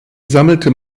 sammelte